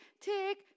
tick